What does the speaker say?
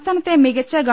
സംസ്ഥാനത്തെ മികച്ച ഗവ